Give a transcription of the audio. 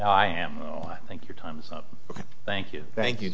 i am i think your time ok thank you thank you